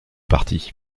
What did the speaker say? parties